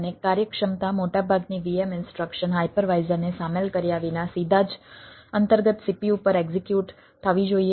અને કાર્યક્ષમતા મોટાભાગની VM ઇન્સ્ટ્રક્શન હાયપરવાઈઝરને સામેલ કર્યા વિના સીધા જ અંતર્ગત CPU પર એક્ઝિક્યુટ થવી જોઈએ